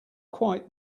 quite